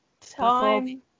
time